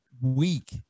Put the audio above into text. week